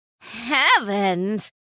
Heavens